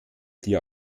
dir